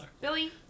Billy